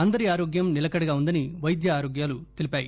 అందరి ఆరోగ్యం నిలకడగా ఉందని వైద్య వర్గాలు తెలిపాయి